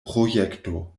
projekto